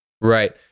right